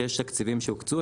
שיש תקציבים שהוקצו,